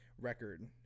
record